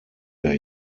der